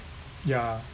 yeah